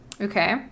Okay